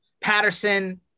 Patterson